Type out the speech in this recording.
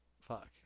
fuck